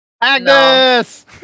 Agnes